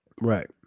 right